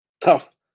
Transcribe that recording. tough